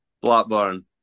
Blackburn